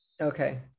okay